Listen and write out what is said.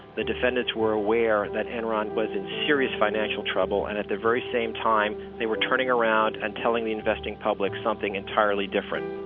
the defendants were aware that enron was in serious financial trouble, and, at the very same time, they were turning around and telling the investing public something entirely different